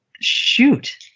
shoot